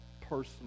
personally